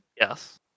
yes